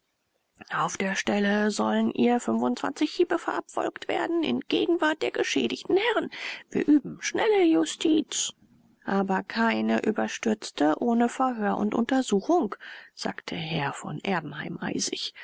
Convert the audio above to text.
auf der stelle sollen ihr hiebe verabfolgt werden in gegenwart der geschädigten herren wir üben schnelle justiz aber keine überstürzte ohne verhör und untersuchung sagte herr von erbenheim eisig